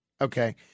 okay